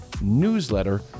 newsletter